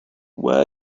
were